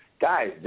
guys